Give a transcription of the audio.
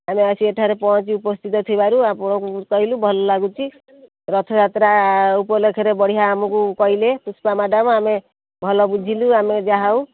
ଆମେ ଆସି ଏଠାରେ ପହଞ୍ଚି ଉପସ୍ଥିତ ଥିବାରୁ ଆପଣଙ୍କୁ ପାଇଲୁ ଭଲ ଲାଗୁଛି ରଥଯାତ୍ରା ଉପଲକ୍ଷରେ ବଢ଼ିଆ ଆମକୁ କହିଲେ ପୁଷ୍ପା ମ୍ୟାଡ଼ାମ୍ ଆମେ ଭଲ ବୁଝିଲୁ ଆମେ ଯାହାହେଉ